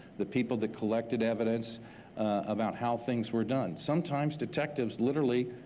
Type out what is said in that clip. the people that collected evidence about how things were done. sometimes detectives literally,